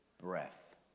breath